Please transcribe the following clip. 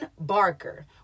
barker